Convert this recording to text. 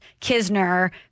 Kisner